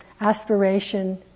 aspiration